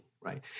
right